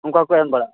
ᱚᱱᱠᱟ ᱠᱚ ᱮᱢ ᱵᱟᱲᱟᱜ ᱼᱟ